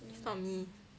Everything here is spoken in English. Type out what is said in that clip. it's not me